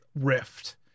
Rift